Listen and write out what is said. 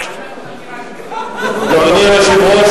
אדוני היושב-ראש,